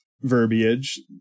verbiage